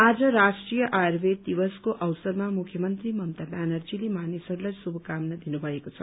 आज राष्ट्रीय आयुर्वेद दिवसको अवसरमा मुख्यमन्त्री ममता ब्यानर्जीले मानिसहरूलाई शुभकामना दिनुभएको छ